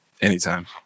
anytime